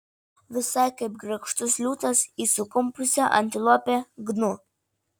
visai kaip grakštus liūtas į sukumpusią antilopę gnu